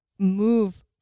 move